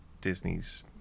Disney's